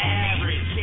average